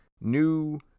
new